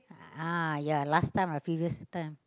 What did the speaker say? ah ya last time ah previous time